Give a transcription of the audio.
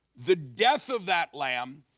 the death of that lamb,